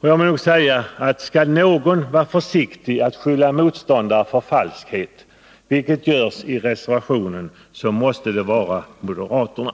Och jag må säga att skall någon vara försiktig med att skylla motståndare för falskhet — vilket görs i reservationen — så måste det vara moderaterna.